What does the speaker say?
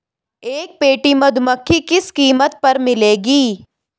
एक पेटी मधुमक्खी किस कीमत पर मिलेगी?